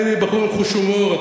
אני בחור עם חוש הומור,